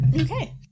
Okay